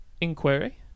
inquiry